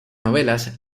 novelas